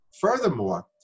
Furthermore